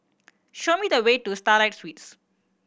show me the way to Starlight Suites